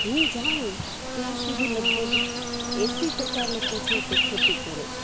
હું જાણું ત્યાં સુધી લગભગ એંસી ટકા લોકો છે તે ખેતી કરે છે